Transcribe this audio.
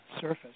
surface